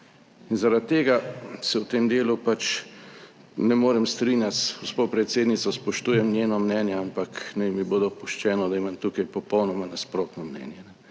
In zaradi tega se v tem delu ne morem strinjati z gospo predsednico, spoštujem njeno mnenje, ampak naj mi bo dopuščeno, da imam tukaj popolnoma nasprotno mnenje.